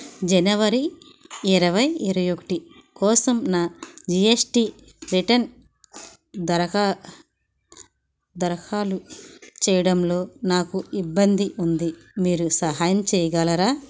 జనవరి ఇరవై ఇరవై ఒకటి కోసం నా జీ ఎస్ టీ రిటర్న్ దరఖా దాఖలు చేయడంలో నాకు ఇబ్బంది ఉంది మీరు సహాయం చేయగలరా